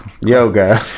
yoga